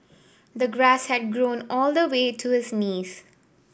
the grass had grown all the way to his knees